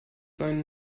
seinen